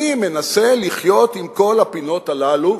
אני מנסה לחיות עם כל הפינות הללו,